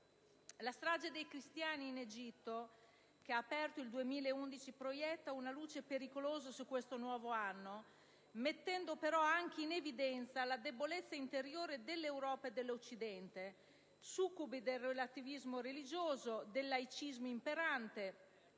La strage dei cristiani in Egitto che ha aperto il 2011 proietta una luce pericolosa su questo nuovo anno mettendo però anche in evidenza la debolezza interiore dell'Europa e dell'Occidente, succubi del relativismo religioso, del laicismo imperante